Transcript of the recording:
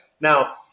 Now